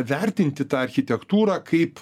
vertinti tą architektūrą kaip